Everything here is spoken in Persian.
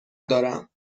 دارم